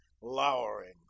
lowering